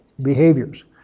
behaviors